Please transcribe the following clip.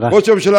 ראש הממשלה,